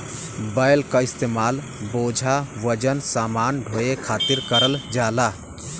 बैल क इस्तेमाल बोझा वजन समान ढोये खातिर करल जाला